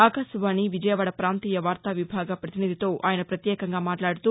ఆకాశవాణి విజయవాడ ప్రాంతీయ వార్తా విభాగ ప్రతినిధితో ఆయన ప్రత్యేకంగా మాట్లాడుతూ